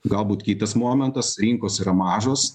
galbūt kitas momentas rinkos yra mažos